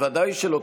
בוודאי שלא.